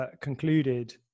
Concluded